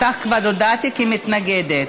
עלייך כבר הודעתי כמתנגדת.